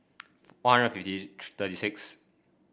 One Hundred fifty thirty sixth